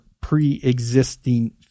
pre-existing